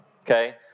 okay